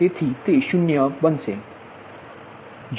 તેથી તે 0 બનશે